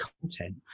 content